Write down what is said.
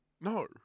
No